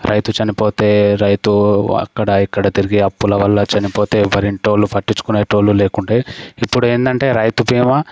రైతు చనిపోతే రైతు అక్కడ ఇక్కడ తిరిగి అప్పుల వల్ల చనిపోతే ఎవరింటోళ్లు పట్టించుకునేటోళ్లు లేకుంటే ఇప్పుడేందంటే రైతు బీమా